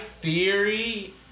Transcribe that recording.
theory